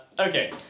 Okay